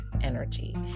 energy